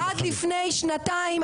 עד לפני שנתיים,